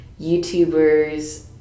YouTubers